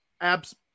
abs